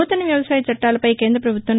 నూతన వ్యవసాయ చట్టాలపై కేంద్ర పభుత్వం